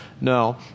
No